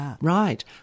Right